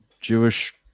Jewish